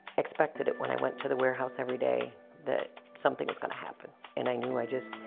expected it when i went to the warehouse every day that something was going to happen, and i knew i just,